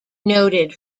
noted